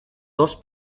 dos